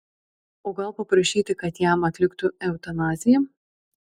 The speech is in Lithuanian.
o gal paprašyti kad jam atliktų eutanaziją